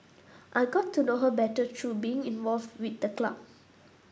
I got to know her better through being involved with the club